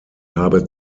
habe